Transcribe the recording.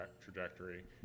trajectory